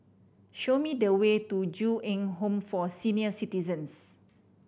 show me the way to Ju Eng Home for Senior Citizens